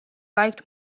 liked